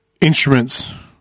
instruments